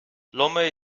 lomé